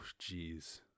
jeez